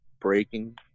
breaking